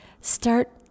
Start